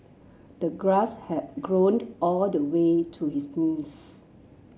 the grass had grown all the way to his knees